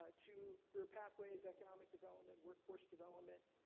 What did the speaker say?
ah to career pathways, economic development, workforce development,